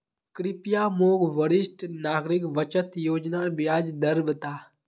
कृप्या मोक वरिष्ठ नागरिक बचत योज्नार ब्याज दर बता